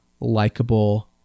likable